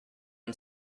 and